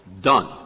Done